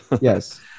Yes